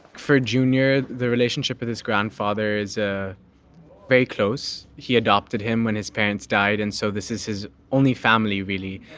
for junior the relationship with his grandfather is ah very close. he adopted him when his parents died and so this is his only family really.